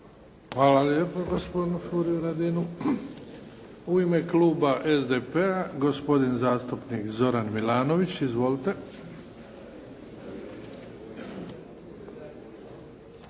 Hvala lijepa gospodinu Furiu Radinu. U ime kluba SDP-a, gospodin zastupnik Zoran Milanović. Izvolite.